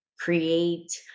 create